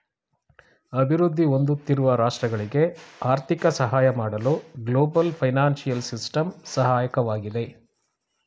ಅಭಿವೃದ್ಧಿ ಹೊಂದುತ್ತಿರುವ ರಾಷ್ಟ್ರಗಳಿಗೆ ಆರ್ಥಿಕ ಸಹಾಯ ಮಾಡಲು ಗ್ಲೋಬಲ್ ಫೈನಾನ್ಸಿಯಲ್ ಸಿಸ್ಟಮ್ ಸಹಾಯಕವಾಗಿದೆ